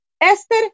Esther